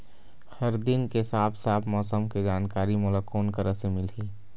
हर दिन के साफ साफ मौसम के जानकारी मोला कोन करा से मिलही?